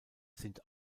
sind